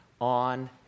on